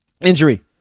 injury